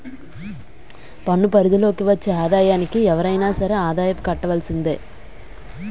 పన్ను పరిధి లోకి వచ్చే ఆదాయానికి ఎవరైనా సరే ఆదాయపు కట్టవలసిందే